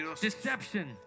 deception